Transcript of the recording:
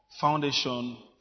foundation